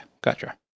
gotcha